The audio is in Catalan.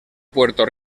puerto